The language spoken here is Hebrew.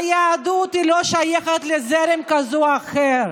היהדות לא שייכת לזרם כזה או אחר,